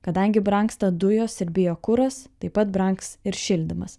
kadangi brangsta dujos ir biokuras taip pat brangs ir šildymas